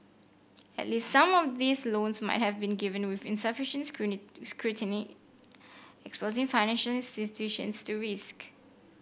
at least some of these loans might have been given with insufficient scrutiny exposing financial institutions to risk